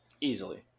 Easily